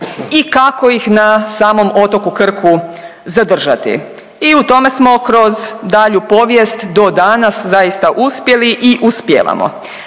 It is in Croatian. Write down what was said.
i kako ih na samom otoku Krku zadržati i u tome smo kroz dalju povijest do danas zaista uspjeli i uspijevamo.